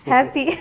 Happy